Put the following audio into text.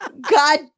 god